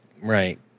right